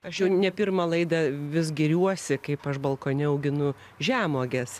aš jau ne pirmą laidą vis giriuosi kaip aš balkone auginu žemuoges